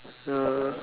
ya